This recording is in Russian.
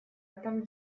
этом